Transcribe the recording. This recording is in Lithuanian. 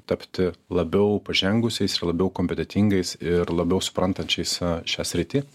tapti labiau pažengusiais ir labiau kompetentingais ir labiau suprantančiais šią sritį